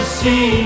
see